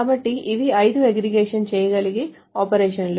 కాబట్టి ఇవి ఐదు అగ్రిగేషన్ చేయగలిగే ఆపరేషన్లు